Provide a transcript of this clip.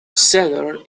cedar